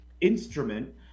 instrument